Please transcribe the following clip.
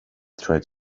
tried